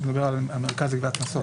אתה מדבר על המרכז לגביית קנסות.